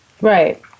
Right